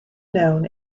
known